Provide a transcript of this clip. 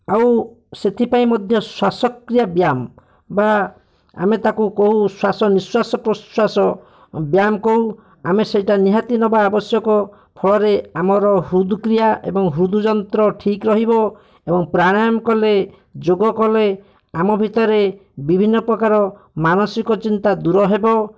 ଆଉ ସେଥିପାଇଁ ମଧ୍ୟ ଶ୍ଵାସକ୍ରିୟା ବ୍ୟାୟାମ ବା ଆମେ ତାକୁ କହୁ ଶ୍ଵାସ ନିଶ୍ଵାସ ପ୍ରଶ୍ଵାସ ବ୍ୟାୟାମ କହୁ ଆମେ ସେଇଟା ନିହାତି ନେବା ଆବଶ୍ୟକ ଫଳରେ ଆମର ହୃଦ୍କ୍ରିୟା ଏବଂ ହୃଦ୍ଯନ୍ତ୍ର ଠିକ୍ ରହିବ ଏବଂ ପ୍ରାଣାୟମ୍ କଲେ ଯୋଗ କଲେ ଆମ ଭିତରେ ବିଭିନ୍ନପ୍ରକାର ମାନସିକ ଚିନ୍ତା ଦୂର ହେବ